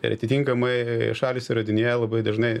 ir atitinkamai šalys įrodinėja labai dažnai